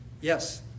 Yes